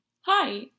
Hi